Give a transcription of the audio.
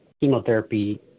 chemotherapy